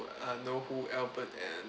know who albert and